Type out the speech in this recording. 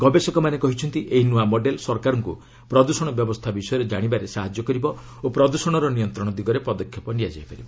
ଗବେଷକମାନେ କହିଛନ୍ତି ଏହି ନୂଆ ମଡେଲ୍ ସରକାରଙ୍କୁ ପ୍ରଦୃଷଣ ଅବସ୍ଥା ବିଷୟରେ ଜାଶିବାରେ ସାହାଯ୍ୟ କରିବ ଓ ପ୍ରଦୃଷଣର ନିୟନ୍ତ୍ରଣ ଦିଗରେ ପଦକ୍ଷେପ ନିଆଯାଇ ପାରିବ